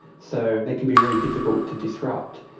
so it can be very difficult to disrupt.